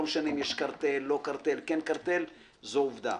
לא משנה אם יש קרטל, לא קרטל, כן קרטל, זו עובדה.